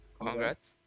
congrats